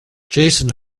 jason